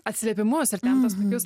atsiliepimus ir ten tokius